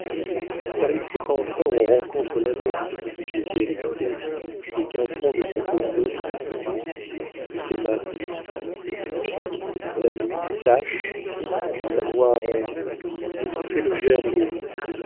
car il faut qu'enfin on rencontre l'indestructible vérité et qu'un front de splendeur se montre sous ces masques d'obscurité la nuit tâche en sa noire envie d'étouffer le germe de vie